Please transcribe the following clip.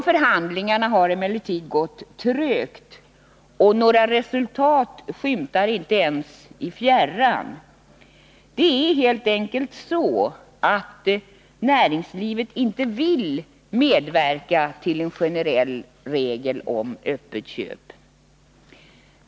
Förhandlingarna har emellertid gått trögt, och några resultat skymtar inte ens i fjärran. Näringslivet vill helt enkelt inte medverka till en generell regel om öppet köp.